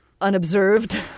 unobserved